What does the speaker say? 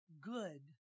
good